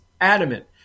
adamant